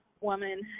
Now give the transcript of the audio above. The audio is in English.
woman